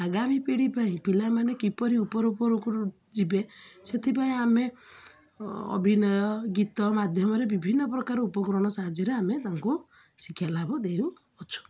ଆଗାମୀ ପିଢ଼ି ପାଇଁ ପିଲାମାନେ କିପରି ଉପର ଉପରକୁ ଯିବେ ସେଥିପାଇଁ ଆମେ ଅଭିନୟ ଗୀତ ମାଧ୍ୟମରେ ବିଭିନ୍ନ ପ୍ରକାର ଉପକରଣ ସାହାଯ୍ୟରେ ଆମେ ତାଙ୍କୁ ଶିକ୍ଷା ଲାଭ ଦେଉଅଛୁ